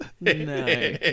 No